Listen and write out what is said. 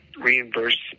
reimburse